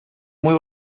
muy